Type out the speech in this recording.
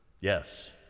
yes